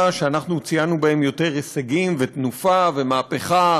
שאנחנו ציינו בהם יותר הישגים ותנופה ומהפכה,